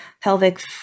pelvic